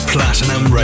Platinum